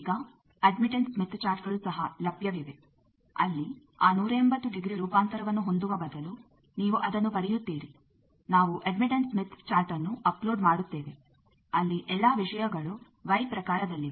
ಈಗ admittance Smith chart ಗಳು ಸಹ ಲಭ್ಯವಿವೆ ಅಲ್ಲಿ ಆ 180 ಡಿಗ್ರಿ ರೂಪಾಂತರವನ್ನು ಹೊಂದುವ ಬದಲು ನೀವು ಅದನ್ನು ಪಡೆಯುತ್ತೀರಿ ನಾವು ಅಡ್ಮಿಟ್ಟೆನ್ಸ್ ಸ್ಮಿತ್ ಚಾರ್ಟ್ ಅನ್ನು ಅಪ್ಲೋಡ್ ಮಾಡುತ್ತೇವೆ ಅಲ್ಲಿ ಎಲ್ಲಾ ವಿಷಯಗಳು ವೈ ಪ್ರಕಾರದಲ್ಲಿವೆ